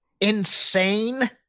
insane